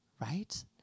Right